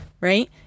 right